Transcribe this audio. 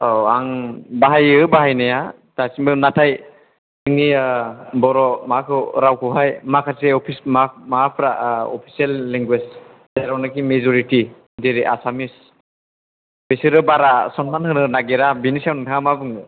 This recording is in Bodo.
औ आं बाहायो बाहायनाया दासिमबो नाथाय जोंनि बर' माबाखौ रावखौहाय माखासे अफिस मा माबाफोरा अफिसियेल लेंगुवेज जेरावनाखि मेज'रिटि जेरै आसामिस बिसोरो बारा सनमान होनो नागिरा बेनि सायाव नोंथाङा मा बुंनो